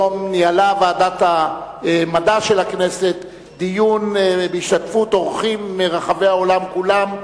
היום ניהלה ועדת המדע של הכנסת דיון בהשתתפות אורחים מרחבי העולם כולו,